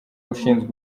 ushinzwe